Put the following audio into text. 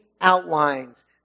outlines